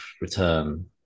return